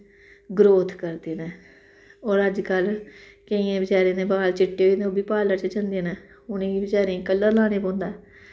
growth करदे न होर अज्जकल केइयें बेचारी दे बाल चिट्टे होई दे होंदे न ओह् बी पार्लर च जंदे न उ'नेंगी बेचारें गी कलर लाने पौंदा